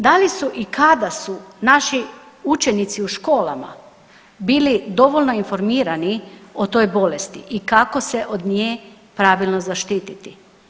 Da li su i kada su naši učenici u školama bili dovoljno informirani o toj bolesti i kako se od nje pravilno zaštititi?